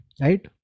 right